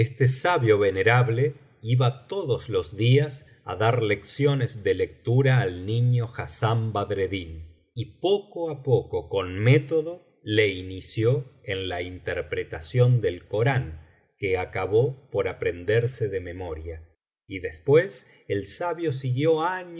sabio venerable iba todos los días á dar leebiblioteca valenciana generalitat valenciana las mil noches y una noche ciones de lectura al niño hassán üadreddin y poco á poco con método le inició en la interpretación del corán que acabó por aprenderse de memoria y después el sabio siguió